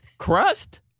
Crust